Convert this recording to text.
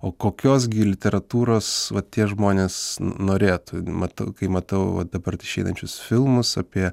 o kokios gi literatūros va tie žmonės norėtų matau kai matau va dabar išeinančius filmus apie